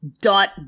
Dot